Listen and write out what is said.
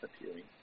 appearing